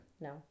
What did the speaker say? No